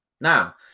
Now